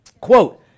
Quote